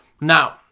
Now